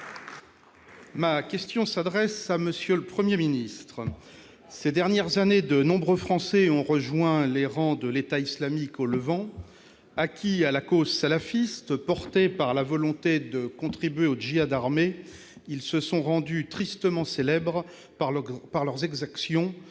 Ma question s'adresse à M. le Premier ministre. Ces dernières années, de nombreux Français ont rejoint les rangs de l'État islamique au Levant. Acquis à la cause salafiste, portés par la volonté de contribuer au djihad armé, ils se sont rendus tristement célèbres par leurs exactions